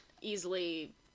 easily